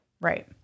Right